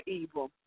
evil